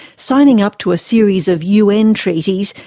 signing up to a series of un treaties,